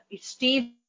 Steve